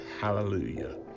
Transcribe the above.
Hallelujah